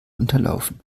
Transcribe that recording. unterlaufen